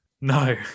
No